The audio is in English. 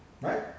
right